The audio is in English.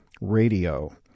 Radio